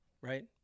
right